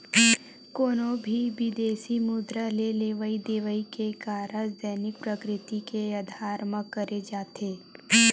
कोनो भी बिदेसी मुद्रा के लेवई देवई के कारज दैनिक प्रकृति के अधार म करे जाथे